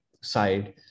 side